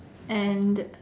and